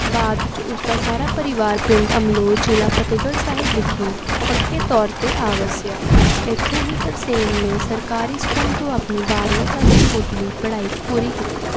ਬਾਅਦ 'ਚ ਉਸ ਦਾ ਸਾਰਾ ਪਰਿਵਾਰ ਪਿੰਡ ਅਮਲੋਹ ਜ਼ਿਲ੍ਹਾ ਫਤਿਹਗੜ੍ਹ ਸਾਹਿਬ ਵਿਖੇ ਪੱਕੇ ਤੌਰ 'ਤੇ ਆ ਵੱਸਿਆ ਇੱਥੇ ਹੀ ਤਰਸੇਮ ਨੇ ਸਰਕਾਰੀ ਸਕੂਲ ਤੋਂ ਆਪਣੀ ਬਾਰਵੀਂ ਤੱਕ ਦੀ ਮੁੱਢਲੀ ਪੜ੍ਹਾਈ ਪੂਰੀ ਕੀਤੀ